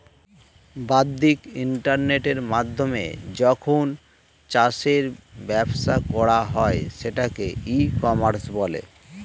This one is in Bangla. বাদ্দিক ইন্টারনেটের মাধ্যমে যখন চাষের ব্যবসা করা হয় সেটাকে ই কমার্স বলে